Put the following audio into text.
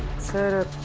sir.